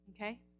Okay